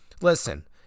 Listen